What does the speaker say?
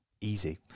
easy